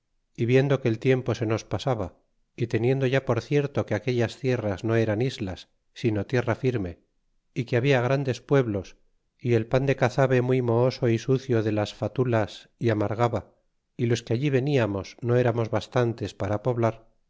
y viendo que el tiempo se nos pasaba y teniendo ya por cierto que aquellas tierras no eran islas sino tierra firme y que habla grandes pueblos y el pan de cazabe muy mohoso é sucio de las fatulas y amargaba y los que allí veníamos no eramos bastantes para poblar